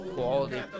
Quality